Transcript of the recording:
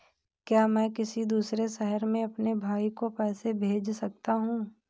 क्या मैं किसी दूसरे शहर में अपने भाई को पैसे भेज सकता हूँ?